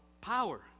power